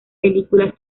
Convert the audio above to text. películas